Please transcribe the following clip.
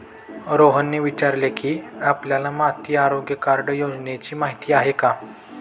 रोहनने विचारले की, आपल्याला माती आरोग्य कार्ड योजनेची माहिती आहे का?